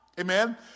Amen